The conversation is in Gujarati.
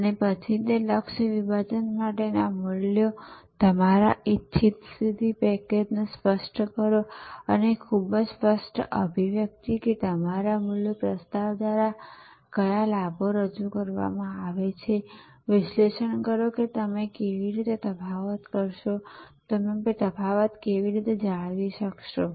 અને પછી તે લક્ષ્ય વિભાજન માટે મૂલ્યોના તમારા ઇચ્છિત સ્થિતિ પેકેજને સ્પષ્ટ કરો અને ખૂબ જ સ્પષ્ટ અભિવ્યક્તિ કે તમારા મૂલ્ય પ્રસ્તાવ દ્વારા કયા લાભો રજૂ કરવામાં આવશે અને વિશ્લેષણ કરો કે તમે કેવી રીતે તફાવત કરશો તમે તફાવત કેવી રીતે જાળવી શકશો